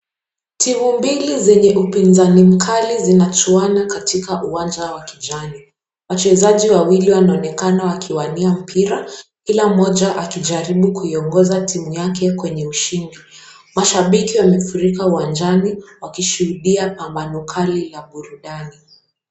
Timu mbili zenye upinzani mkali zinachuana katika uwanja wa kijani. Wachezaji wawili wanaonekana wakiwania mpira, kila mmoja akijaribu kuiongoza timu yake kwenye ushindi. Mashabiki wamefurika uwanjani, wakishuhudia pambano kali la burudani.